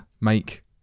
make